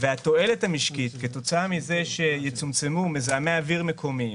והתועלת המשקית כתוצאה מזה שיצומצמו מזהמי אוויר מקומיים